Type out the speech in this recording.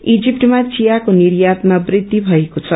इजिप्टमा चियाको निर्यातमा बृद्धी भएको छ